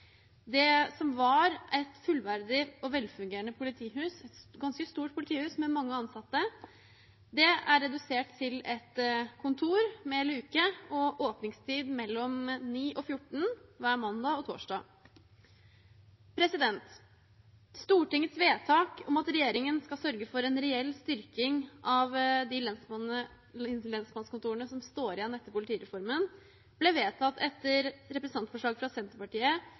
Det som var et fullverdig og velfungerende politihus, et ganske stort politihus med mange ansatte, er redusert til et kontor med luke og åpningstid mellom kl. 9 og 14 hver mandag og torsdag. Stortingets vedtak om at regjeringen skal sørge for en reell styrking av de lensmannskontorene som står igjen etter politireformen, ble vedtatt etter representantforslag fra Senterpartiet